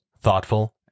thoughtful